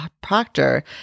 Proctor